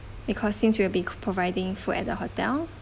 because since we'll be providing food at the hotel